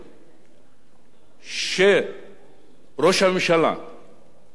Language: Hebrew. שראש הממשלה וכל ממשלתו,